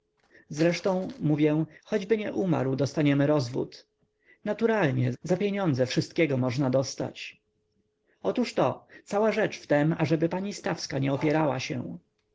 zresztą mówię choćby nie umarł dostaniemy rozwód naturalnie za pieniądze wszystkiego można dostać otóżto cała rzecz w tem ażeby pani stawska nie opierała się